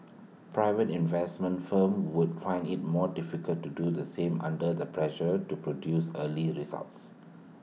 private investment firms would find IT more difficult to do the same under the pressure to produce early results